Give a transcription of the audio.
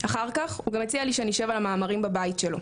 אחר כך הוא גם הציע לי שנשב על המאמרים בבית שלו.